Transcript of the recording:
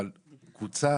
אבל קבוצה